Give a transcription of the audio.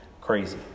crazy